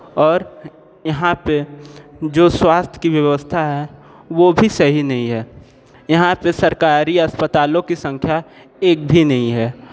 और यहाँ पे जो स्वास्थ्य की व्यवस्था है वो भी सही नहीं है यहाँ पे सरकारी अस्पतालों की संख्या एक भी नहीं है